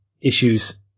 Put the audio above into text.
issues